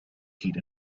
heat